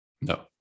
No